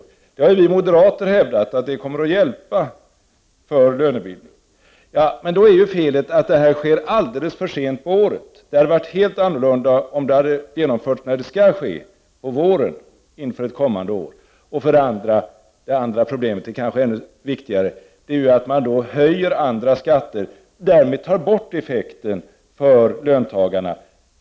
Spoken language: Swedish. Vi moderater har ju hävdat att marginalskattesänkningen kommer att vara till hjälp för lönebildningen. Men felet är att det här sker alldeles för sent på året. Det hade varit helt annorlunda, om det hade genomförts när det skall ske, på våren, inför ett kommande år. Det andra problemet är kanske ännu viktigare, att man höjer andra skatter och därmed tar bort effekten för löntagarna.